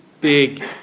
big